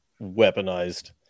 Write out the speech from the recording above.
weaponized